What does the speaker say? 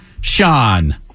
Sean